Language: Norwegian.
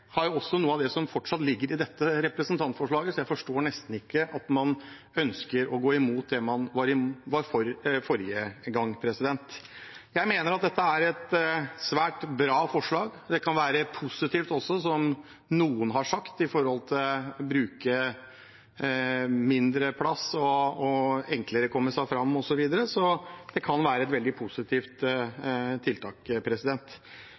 som fortsatt ligger i dette representantforslaget, så jeg forstår nesten ikke at man ønsker å gå imot det man var for forrige gang. Jeg mener det er et svært bra forslag. Det kan være positivt også, som noen har sagt, i forhold til det å bruke mindre plass, at det er enklere å komme seg fram osv., så det kan være et veldig positivt